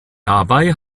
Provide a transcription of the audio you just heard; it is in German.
dabei